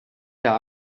der